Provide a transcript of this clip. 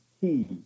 key